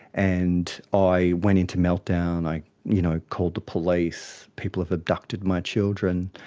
and i went into meltdown, i you know called the police, people have abducted my children.